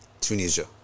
Tunisia